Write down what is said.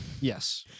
yes